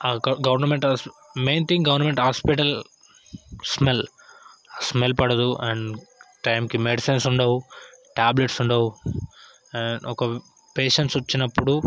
అక్కడ government main thing government hospital smell smell పడదు and టైంకి మెడిసిన్స్ ఉండవు టాబ్లెట్స్ ఉండవు అండ్ ఒక పేషంట్స్ వచ్చినప్పుడు